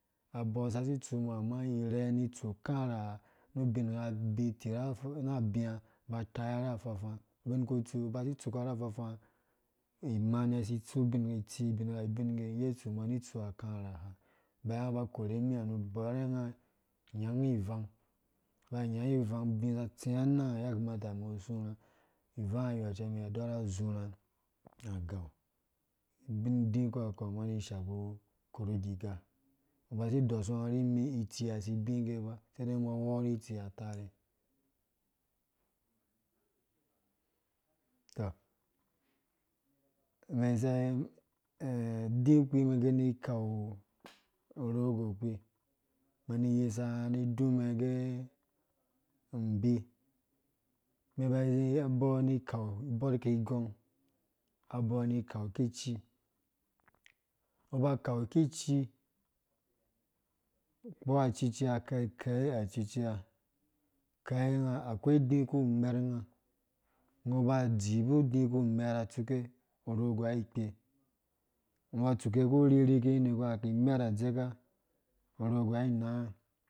Abɔɔ gagi itsumbɔ ama irhɛɛ am itsu. akarha nu ubingha ubi tivi ra abia uba taira afafaa ubinku ungo uba si itsuko ra afafaa, imani si itsu ubinghaa itsi ubingha ibingge ngge itsu umbɔ ni itssu akrha ha baya ungo uba ukore vimi hɛ nu ubɔre unga anyangi ivang ubingha atsi a anang há yakamata umbu zurha ivang ha nyɔ cɛ umbi kadɔrha uzhurhá, na agau, ubin, idikpu ha kpɔ, umbɔ kani ishabu, ikoru ugiga ungo uba si dɔsung o rim itsia si bingge ba seidei ubɔ a khori itsi atarhe tɔ umɛn zi udikpi umɛn ki mi ikau urogo kpi, umɛn ini iyisa unga ri idúmɛn gɛ umbii unɛm iba, abɔɔ ni ikau ibɔrh ki igɔng, abɔɔ ni kau kici ungo uba ukau kici, ukpo acucii kɛkɛi acucii kɛi, akoi udiku umɛr unga ungo uba udzibu udí ku umɛra utsuke kuririki yede nga ka imɛr adzeka urogo ai inanga